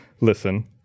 listen